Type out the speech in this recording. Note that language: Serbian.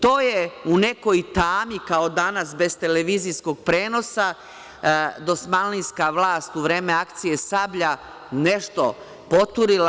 To je u nekoj tami kao danas bez televizijskog prenosa dosmanlijska vlast u vreme akcije Sablja, nešto poturila.